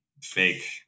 fake